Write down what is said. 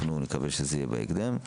אנחנו נקווה שזה יהיה בהקדם.